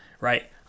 right